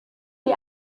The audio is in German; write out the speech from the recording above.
die